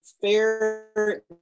fair